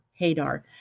Hadar